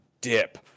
dip